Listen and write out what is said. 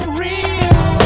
real